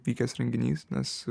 vykęs renginys nes